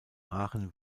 aachen